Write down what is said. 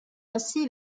ainsi